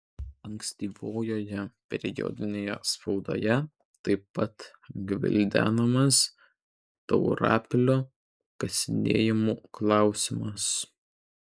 ankstyvojoje periodinėje spaudoje taip pat gvildenamas taurapilio kasinėjimų klausimas